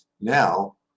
Now